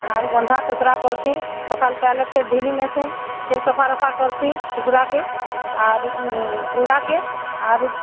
ଆର୍ ବନ୍ଧା ଚତରା କର୍ସି ସକାଲ୍ ପାହିଲେ ଫିର୍ ନେସୁ ଫିର୍ ସଫା ରଫା କର୍ସି କୁକୁଡ଼ା କେ ଆରୁ ଗୁଡ଼ା କେ ଆରୁ